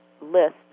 list